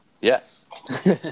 Yes